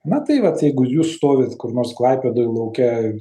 na tai vat jeigu jūs stovit kur nors klaipėdoj lauke